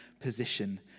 position